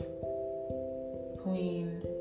Queen